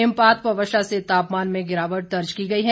हिमपात व वर्षा से तापमान में गिरावट दर्ज की गई है